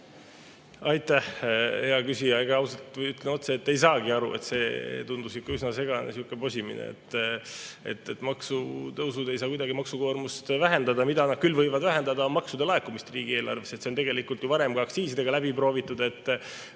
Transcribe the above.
Aitäh, hea küsija! Ütlen ausalt ja otse, et ega ei saagi aru. See tundus üsna segane sihukene posimine. Maksutõusud ei saa kuidagi maksukoormust vähendada. Mida need küll võivad vähendada, on maksude laekumine riigieelarvesse. See on tegelikult ju varem ka aktsiisidega läbi proovitud